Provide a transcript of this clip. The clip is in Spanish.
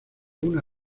una